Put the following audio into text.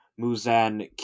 Muzan